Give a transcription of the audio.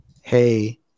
hey